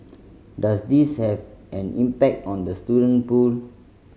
does this have an impact on the student pool